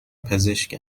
پزشک